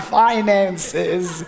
finances